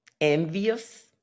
envious